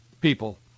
people